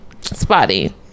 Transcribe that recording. spotty